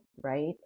right